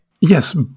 Yes